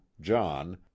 john